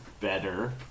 better